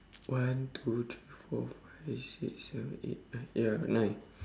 one two three four five six seven eight nine ya nine